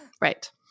Right